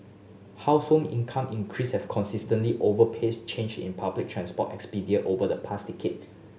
household income increase have consistently outpaced change in public transport over the past decade